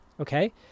okay